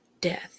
death